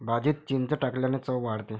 भाजीत चिंच टाकल्याने चव वाढते